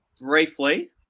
Briefly